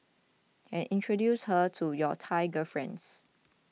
and introduce her to your Thai girlfriends